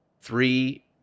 three